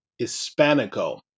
Hispanico